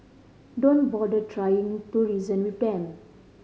don't bother trying to reason with them